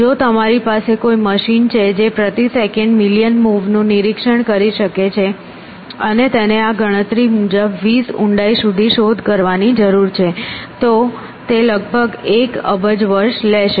જો તમારી પાસે કોઈ મશીન છે જે પ્રતિ સેકંડ મિલિયન મૂવ નું નિરીક્ષણ કરી શકે છે અને તેને આ ગણતરી મુજબ 20 ઊંડાઈ સુધી શોધ કરવાની છે તો તે લગભગ એક અબજ વર્ષ લેશે